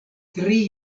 tri